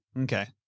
Okay